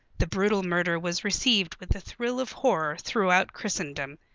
the brutal murder was received with a thrill of horror throughout christendom.